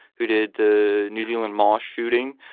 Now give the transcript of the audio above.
who did the new zealand mall shooting.